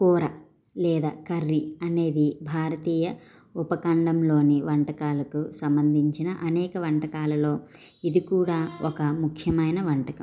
కూర లేదా కర్రీ అనేది భారతీయ ఉపఖండంలోని వంటకాలకు సంబంధించిన అనేక వంటకాలలో ఇది కూడా ఒక ముఖ్యమైన వంటకం